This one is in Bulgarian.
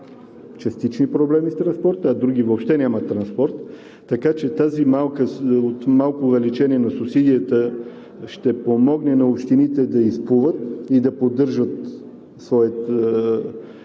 частични проблеми с транспорта, а други въобще нямат транспорт. Така че това малко увеличение на субсидията ще помогне на общините да рискуват и да поддържат своя